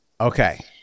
Okay